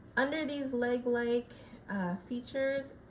under these leg-like features,